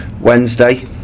Wednesday